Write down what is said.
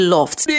Loft